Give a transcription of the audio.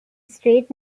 street